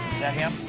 that him?